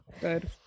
Good